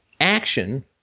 action